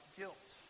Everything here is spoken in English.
guilt